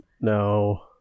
No